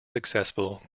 successful